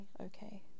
okay